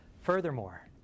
Furthermore